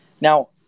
Now